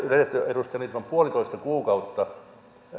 edustaja lindtman puolitoista kuukautta